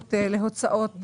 אפשרות להוצאות סבירות,